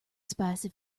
spicy